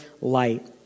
light